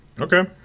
Okay